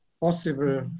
possible